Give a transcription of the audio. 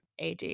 AD